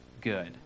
good